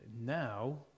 Now